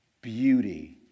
Beauty